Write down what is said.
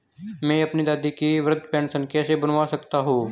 मैं अपनी दादी की वृद्ध पेंशन कैसे बनवा सकता हूँ?